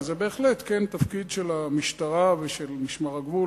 וזה בהחלט כן תפקיד של המשטרה ושל משמר הגבול,